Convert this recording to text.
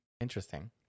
interesting